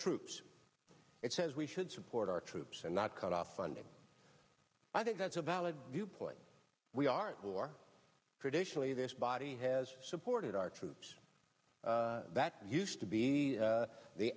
troops it says we should support our troops and not cut off funding i think that's a valid viewpoint we are who are traditionally this body has supported our troops that used to be